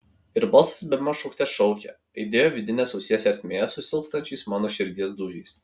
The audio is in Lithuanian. ir balsas bemaž šaukte šaukė aidėjo vidinės ausies ertmėje su silpstančiais mano širdies dūžiais